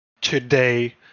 today